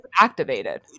activated